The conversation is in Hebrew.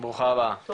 אני